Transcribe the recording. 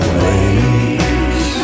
ways